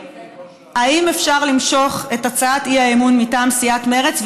האם אפשר למשוך את הצעת האי-אמון מטעם סיעת מרצ,